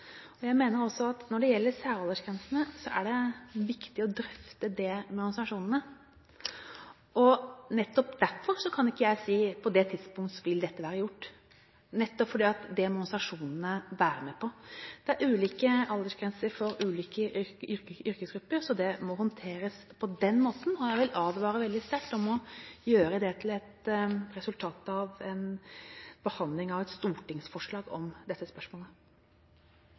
det. Jeg mener også at når det gjelder særaldersgrensene, er det viktig å drøfte det med organisasjonene. Nettopp derfor kan ikke jeg si at på det og det tidspunktet vil dette være gjort, nettopp fordi det må organisasjonene være med på. Det er ulike aldersgrenser for ulike yrkesgrupper, så det må håndteres på den måten, og jeg vil advare veldig sterkt mot å gjøre det til et resultat av en behandling av et stortingsforslag om dette spørsmålet.